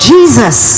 Jesus